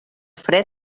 fred